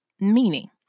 meaning